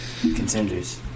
Contenders